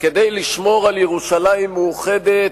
וכדי לשמור על ירושלים מאוחדת,